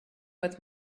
with